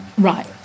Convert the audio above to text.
right